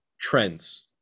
trends